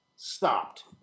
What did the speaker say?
stopped